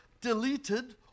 deleted